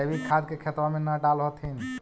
जैवीक खाद के खेतबा मे न डाल होथिं?